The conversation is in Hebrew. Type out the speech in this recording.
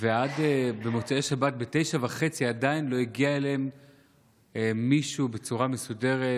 ועד מוצאי שבת ב-21:30 עדיין לא הגיע אליהם מישהו בצורה מסודרת,